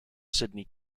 sidney